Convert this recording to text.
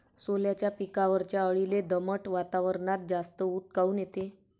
सोल्याच्या पिकावरच्या अळीले दमट वातावरनात जास्त ऊत काऊन येते?